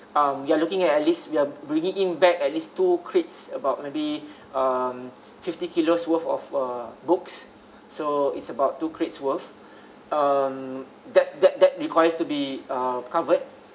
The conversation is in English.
um we're looking at least we're bringing in back at least two crates about maybe um fifty kilos worth of uh books so it's about two crates worth um that's that that requires to be uh covered